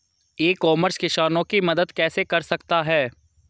ई commerce किसानों की मदद कैसे कर सकता है?